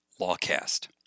LawCast